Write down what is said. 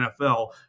NFL